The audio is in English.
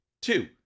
Two